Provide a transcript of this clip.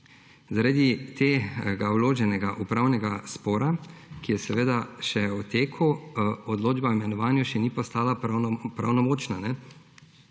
Zaradi tega vloženega upravnega spora, ki je še v teku, odločba o imenovanju še ni postala pravnomočna.